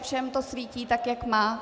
Všem to svítí, tak jak má?